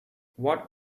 what